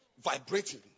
vibrating